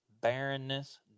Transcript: barrenness